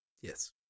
yes